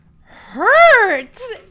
hurts